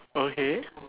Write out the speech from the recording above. okay